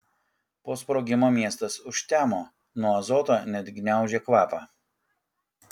po sprogimo miestas užtemo nuo azoto net gniaužė kvapą